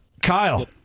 Kyle